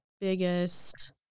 biggest